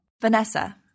Vanessa